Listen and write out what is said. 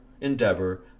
endeavor